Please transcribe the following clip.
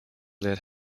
lead